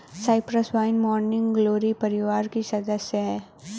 Cyprus vine morning glory परिवार की सदस्य हैं